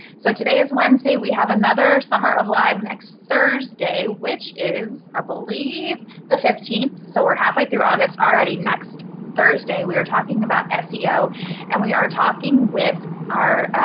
so today is wednesday. we have another summer of live next thursday, which is i believe the fifteenth. so we're halfway through august already. next thursday, we are talking about seo. and we are talking with